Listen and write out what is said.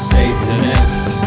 Satanist